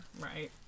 right